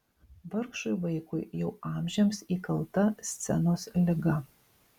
vargšui vaikui jau amžiams įkalta scenos liga